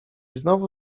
znowu